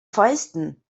fäusten